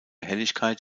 helligkeit